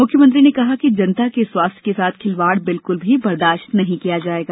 मुख्यमंत्री ने कहा कि जनता के स्वास्थ्य के साथ खिलवाड़ बिल्कुल भी बर्दाश्त नहीं किया जाएगा